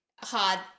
hard